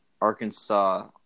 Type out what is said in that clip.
Arkansas